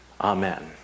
Amen